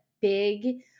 big